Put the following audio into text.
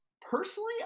personally